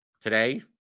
today